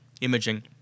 imaging